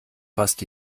fast